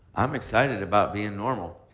i'm excited about being normal.